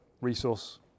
resource